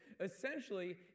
Essentially